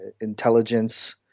intelligence